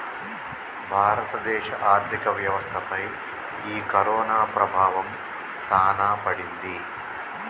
భారత దేశ ఆర్థిక వ్యవస్థ పై ఈ కరోనా ప్రభావం సాన పడింది